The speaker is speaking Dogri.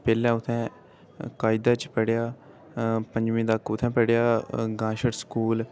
पेह्ले उत्थें कायदे च पढ़ेआ आं पचमीं तक उत्थै पढ़ेआ गांछड़ स्कूल